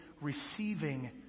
receiving